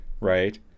right